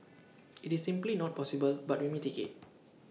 IT is simply not possible but we mitigate